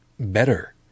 Better